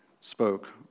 spoke